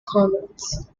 comments